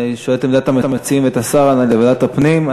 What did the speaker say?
אני שואל את עמדת המציעים, השר, לוועדת הפנים?